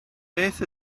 beth